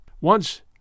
Once